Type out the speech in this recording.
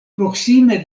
proksime